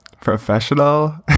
professional